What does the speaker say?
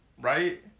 Right